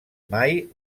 mai